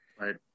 Right